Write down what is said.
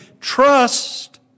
trust